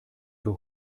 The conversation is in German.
für